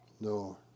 No